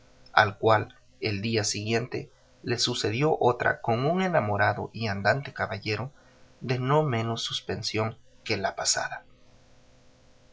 al cual el día siguiente le sucedió otra con un enamorado y andante caballero de no menos suspensión que la pasada